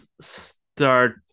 start